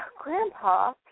grandpa